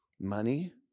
money